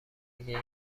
اگه